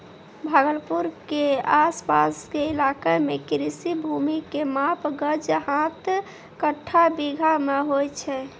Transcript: भागलपुर के आस पास के इलाका मॅ कृषि भूमि के माप गज, हाथ, कट्ठा, बीघा मॅ होय छै